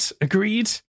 Agreed